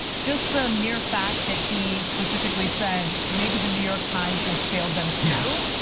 just the mere fact that he specifically said maybe the new york times has failed them too,